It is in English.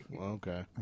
okay